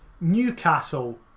Newcastle